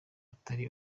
atari